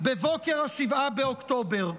בבוקר 7 באוקטובר.